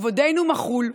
"כבודנו מחול".